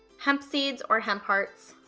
hemp seeds or hemp hearts,